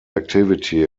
activity